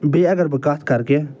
بیٚیہِ اگر بہٕ کتھ کَرٕ کہِ